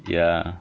ya